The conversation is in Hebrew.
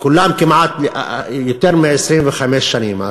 כולם כמעט יותר מ-25 שנים.